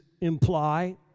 imply